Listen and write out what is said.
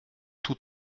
tous